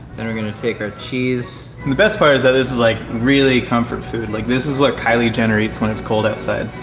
then we're gonna take our cheese. the best part is that this is like really comfort food, like this is what kylie jenner eats when it's cold outside.